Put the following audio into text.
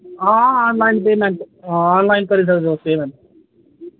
आं online payment आं online करी सकदे तुस पेमेंट